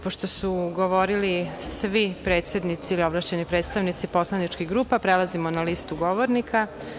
Pošto su govorili svi predsednici ili ovlašćeni predstavnici poslaničkih grupa prelazimo na listu govornika.